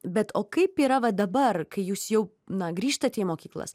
bet o kaip yra va dabar kai jūs jau na grįžtate į mokyklas